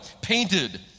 painted